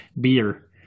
Beer